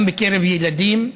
גם בקרב ילדים,